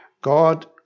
God